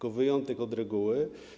To wyjątek od reguły.